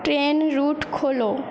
train route খোলো